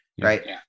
Right